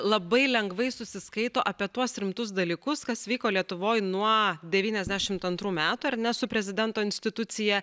labai lengvai susiskaito apie tuos rimtus dalykus kas vyko lietuvoj nuo devyniasdešimt antrų metų ar ne su prezidento institucija